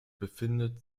befindet